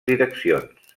direccions